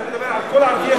אתה מדבר על כל ערביי חברון?